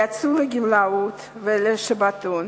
יצאו לגמלאות ולשבתון.